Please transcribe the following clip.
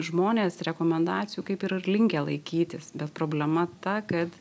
žmonės rekomendacijų kaip ir linkę laikytis bet problema ta kad